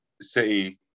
City